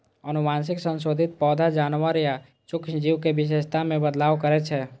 आनुवंशिक संशोधन पौधा, जानवर या सूक्ष्म जीव के विशेषता मे बदलाव करै छै